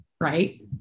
right